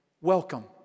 Welcome